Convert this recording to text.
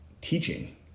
teaching